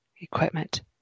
equipment